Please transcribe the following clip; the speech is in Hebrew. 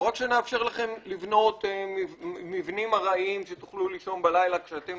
לא רק שנאפשר לכם לבנות מבנים ארעיים שתוכלו לישון בלילה כשאתם